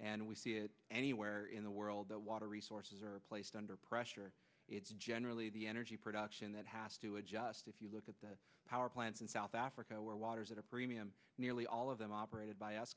and we see it anywhere in the world that water resources are placed under pressure it's generally the energy production that has to adjust if you look at the power plants in south africa where water is at a premium nearly all of them operated by ask